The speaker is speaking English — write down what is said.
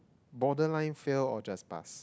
borderline fail or just pass